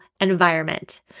environment